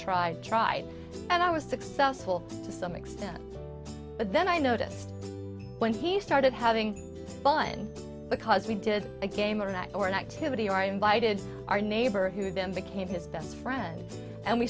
tried tried and i was successful to some extent but then i noticed when he started having fun because we did a game of an act or an activity or invited our neighbor who then became his best friend and we